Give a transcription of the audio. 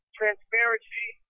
transparency